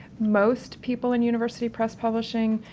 most people in university press publishing,